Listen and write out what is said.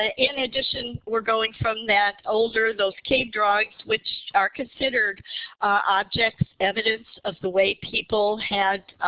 ah in addition, we're going from that older, those cave drawings which are considered objects, evidence of the way people had